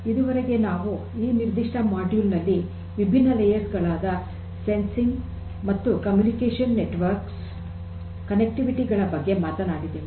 ಇದುವರೆಗೆ ನಾವು ಈ ನಿರ್ದಿಷ್ಟ ಮಾಡ್ಯೂಲ್ ನಲ್ಲಿ ವಿಭಿನ್ನಪದರಗಳಾದ ಸೆನ್ಸಿಂಗ್ ಮತ್ತುಕಮ್ಯುನಿಕೇಷನ್ ನೆಟ್ವರ್ಕ್ ನ ಸಂಪರ್ಕದ ಬಗ್ಗೆ ಮಾತನಾಡಿದೆವು